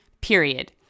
period